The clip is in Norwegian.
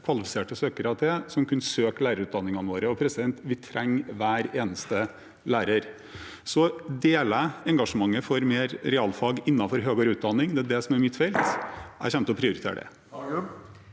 kvalifiserte søkere til, som kunne søke lærerutdanningene våre, og vi trenger hver eneste lærer. Så jeg deler engasjementet for mer realfag innenfor høyere utdanning. Det er det som er mitt felt. Jeg kommer til å prioritere det.